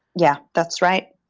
yeah, that's right.